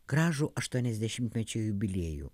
gražų aštuoniasdešimtmečio jubiliejų